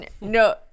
no